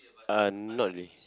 uh not really